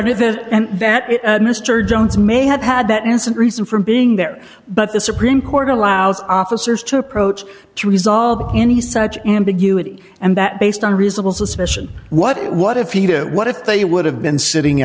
did this and that mr jones may have had that innocent reason for being there but the supreme court allows officers to approach to resolve any such ambiguity and that based on reasonable suspicion what what if he what if they would have been sitting